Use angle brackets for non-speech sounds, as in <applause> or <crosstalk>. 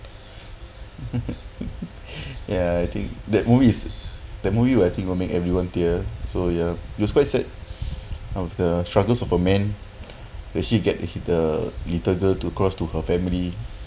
<laughs> ya I think that movie is that movie will I think will make everyone tear so ya it was quite sad of the struggles of a man actually get hit the little girl to cross to her family